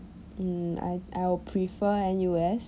mm I I would prefer N_U_S